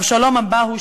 אבשלום אמבאו,